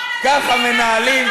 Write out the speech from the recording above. ככה מנהלים,